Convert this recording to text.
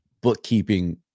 bookkeeping